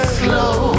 slow